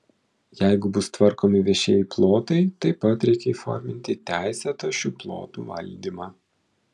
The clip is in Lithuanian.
jeigu bus tvarkomi viešieji plotai taip pat reikia įforminti teisėtą šių plotų valdymą